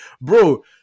bro